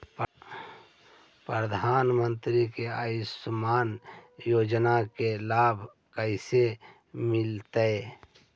प्रधानमंत्री के आयुषमान योजना के लाभ कैसे मिलतै?